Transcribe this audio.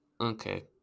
Okay